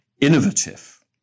innovative